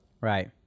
Right